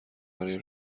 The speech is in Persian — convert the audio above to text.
برای